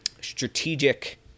strategic